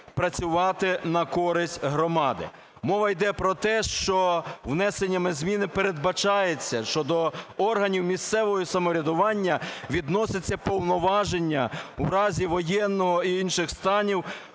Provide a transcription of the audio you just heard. працювати на користь громади. Мова йде про те, що внесенням змін передбачається, що до органів місцевого самоврядування відносяться повноваження у разі воєнного і інших станів